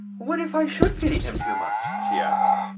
what if i should pity him too much? she asked.